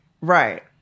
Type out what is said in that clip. Right